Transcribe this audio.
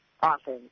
often